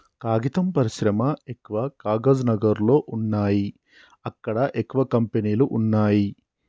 కాగితం పరిశ్రమ ఎక్కవ కాగజ్ నగర్ లో వున్నాయి అక్కడ ఎక్కువ కంపెనీలు వున్నాయ్